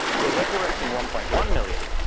you're resurrecting one point one million.